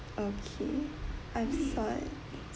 okay I thought